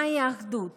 מהי האחדות